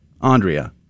Andrea